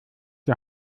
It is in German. die